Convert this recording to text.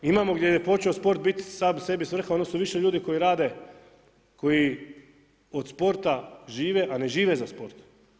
Imamo gdje je počeo sport biti sam sebi svrha odnosno više ljudi koji rade koji od sporta žive, a ne žive za sport.